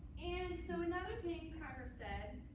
and so another thing congress said,